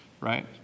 right